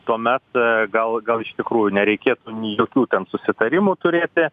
tuomet gal gal iš tikrųjų nereikėtų jokių ten susitarimų turėti